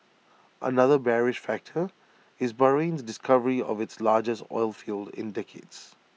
another bearish factor is Bahrain's discovery of its largest oilfield in decades